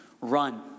Run